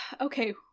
okay